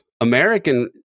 American